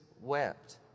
wept